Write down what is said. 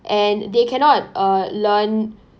and they cannot uh learn